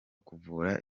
kuvura